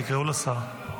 תקראו לשר.